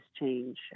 change